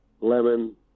lemon